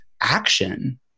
action